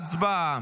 הצבעה.